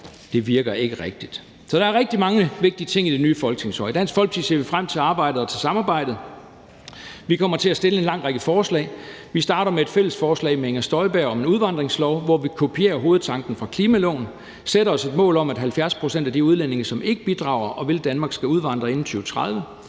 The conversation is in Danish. Det virker ikke rigtigt. Kl. 11:07 Så der er rigtig mange vigtige ting i det nye folketingsår. I Dansk Folkeparti ser vi frem til arbejdet og til samarbejdet. Vi kommer til at fremsætte en lang række forslag. Vi starter med et fælles forslag med Inger Støjberg om en udvandringslov, hvor vi kopierer hovedtanken fra klimaloven. Vi sætter os et mål om, at 70 pct. af de udlændinge, som ikke bidrager og vil Danmark, skal udvandre inden 2030.